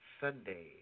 Sunday